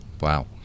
wow